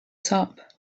top